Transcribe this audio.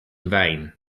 vain